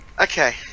Okay